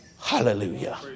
Hallelujah